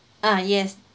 ah yes